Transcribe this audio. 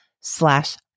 slash